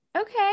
okay